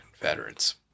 veterans